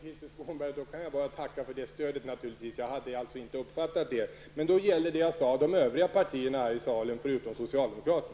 Herr talman! Jag tackar för det stödet, Krister Skånberg. Jag hade inte uppfattat det på det sättet. Då gäller det jag sade de övriga oppositionspartierna i salen.